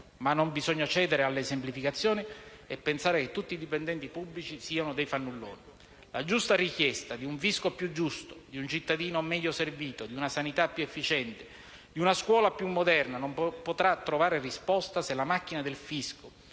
tuttavia cedere alle semplificazioni e pensare che tutti i dipendenti pubblici siano dei fannulloni. La giusta richiesta di un fisco più giusto, di un cittadino meglio servito, di una sanità più efficiente, di una scuola più moderna non potrà trovare risposta, se la macchina del fisco,